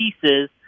pieces